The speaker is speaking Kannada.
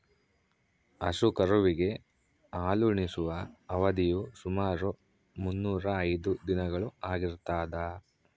ಹಸು ಕರುವಿಗೆ ಹಾಲುಣಿಸುವ ಅವಧಿಯು ಸುಮಾರು ಮುನ್ನೂರಾ ಐದು ದಿನಗಳು ಆಗಿರ್ತದ